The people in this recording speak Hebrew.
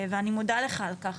ואני מודה לך על כך.